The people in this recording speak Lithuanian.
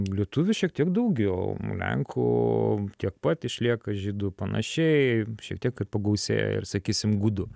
lietuvių šiek tiek daugiau lenkų tiek pat išlieka žydų panašiai šiek tiek ir pagausėja ir sakysim gudų